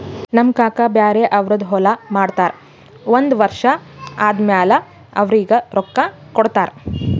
ನಮ್ ಕಾಕಾ ಬ್ಯಾರೆ ಅವ್ರದ್ ಹೊಲಾ ಮಾಡ್ತಾರ್ ಒಂದ್ ವರ್ಷ ಆದಮ್ಯಾಲ ಅವ್ರಿಗ ರೊಕ್ಕಾ ಕೊಡ್ತಾರ್